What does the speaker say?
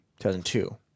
2002